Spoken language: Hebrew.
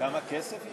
כמה כסף יש?